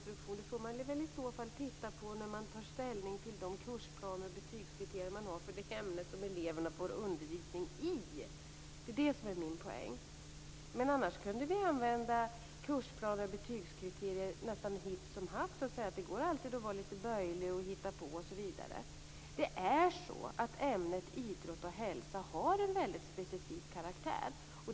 Det får man väl i så fall titta på när man tar ställning till de kursplaner och de betygskriterier man har för det ämne som eleverna får undervisning i. Det är det som är min poäng. Annars kunde vi använda kursplaner och betygskriterier nästan hipp som happ och säga att det alltid går att vara lite böjlig och hitta på. Ämnet idrott och hälsa har en väldigt specifik karaktär.